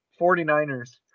49ers